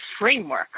framework